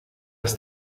das